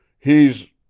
he's!